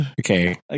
Okay